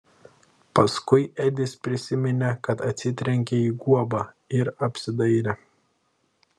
paskui edis prisiminė kad atsitrenkė į guobą ir apsidairė